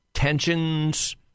Tensions